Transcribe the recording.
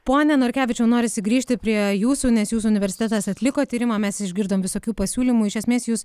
pone norkevičiau norisi grįžti prie jūsų nes jūsų universitetas atliko tyrimą mes išgirdom visokių pasiūlymų iš esmės jus